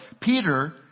Peter